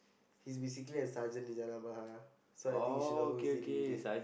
he's basically a sergeant in Jalan-Bahar so I think she know who is it already